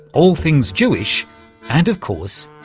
all things jewish and, of course,